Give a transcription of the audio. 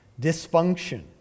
dysfunction